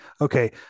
okay